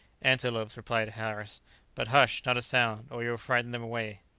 antelopes, replied harris but, hush! not a sound, or you will frighten them away.